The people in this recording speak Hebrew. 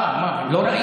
מה, לא ראית?